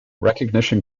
recognition